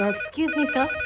ah excuse me sir.